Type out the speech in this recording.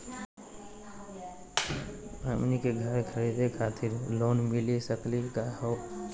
हमनी के घर खरीदै खातिर लोन मिली सकली का हो?